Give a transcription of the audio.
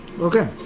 Okay